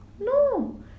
No